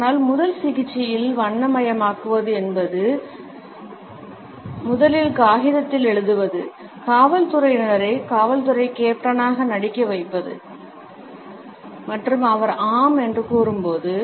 ஆனால் முதல் சிகிச்சையில் வண்ணமயமாக்குவது என்பது முதலில் காகிதத்தில் எழுதுவது காவல்துறையினரை காவல்துறை கேப்டனாக நடிக்க வவைப்பது குறிப்பு நேரம் 1038 மற்றும் அவர் ஆம் என்று கூறும்போது